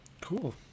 Cool